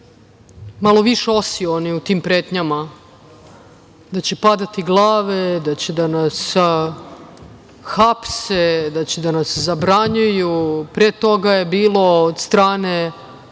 malo više osioni u tim pretnjama da će padati glave, da će da nas hapse, da će da nas zabranjuju. Pre toga je bilo od strane